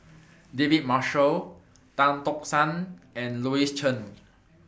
David Marshall Tan Tock San and Louis Chen